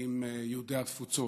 עם יהודי התפוצות.